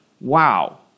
wow